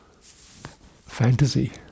fantasy